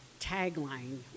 tagline